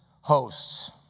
hosts